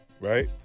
Right